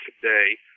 today